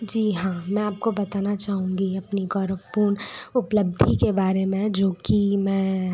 जी हाँ मैं आपको बताना चाहूँगी अपनी गौरवपूर्ण उपलब्धि के बारे में जो कि मैं